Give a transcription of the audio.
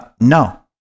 No